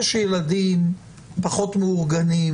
יש ילדים פחות מאורגנים,